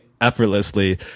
effortlessly